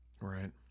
Right